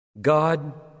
God